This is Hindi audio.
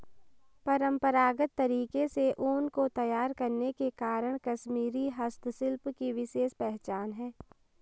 परम्परागत तरीके से ऊन को तैयार करने के कारण कश्मीरी हस्तशिल्प की विशेष पहचान है